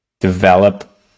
develop